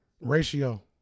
Ratio